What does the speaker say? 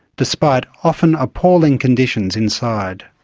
despite often appalling conditions inside.